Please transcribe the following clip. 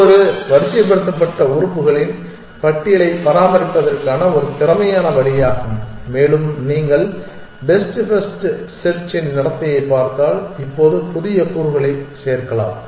இது ஒரு வரிசைப்படுத்தப்பட்ட உறுப்புகளின் பட்டியலைப் பராமரிப்பதற்கான ஒரு திறமையான வழியாகும் மேலும் நீங்கள் பெஸ்ட் ஃபர்ஸ்ட் செர்ச்சின் நடத்தையைப் பார்த்தால் இப்போது புதிய கூறுகளைச் சேர்க்கலாம்